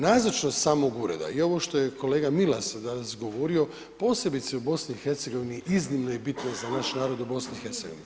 Nazočnost samog ureda i ovo što je kolega Milas danas govorio posebice u BiH iznimno je bitno za naš narod u BiH.